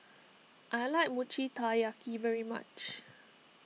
I like Mochi Taiyaki very much